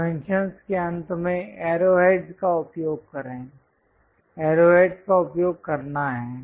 dimensions के अंत में एरोहेडस् का उपयोग करें एरोहेडस् का उपयोग करना है